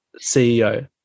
CEO